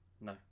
No